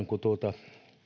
kun tuolta